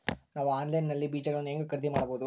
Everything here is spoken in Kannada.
ನಾವು ಆನ್ಲೈನ್ ನಲ್ಲಿ ಬೇಜಗಳನ್ನು ಹೆಂಗ ಖರೇದಿ ಮಾಡಬಹುದು?